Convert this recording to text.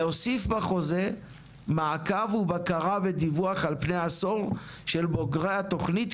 להוסיף בחוזה מעקב ובקרה ודיווח על פי העשור של בוגרי התכנית,